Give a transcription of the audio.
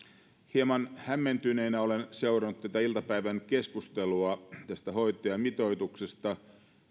hieman hämmentyneenä olen seurannut tätä iltapäivän keskustelua tästä hoitajamitoituksesta